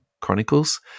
Chronicles